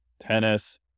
tennis